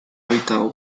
habitado